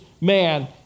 man